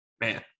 man